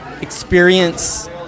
experience